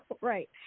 Right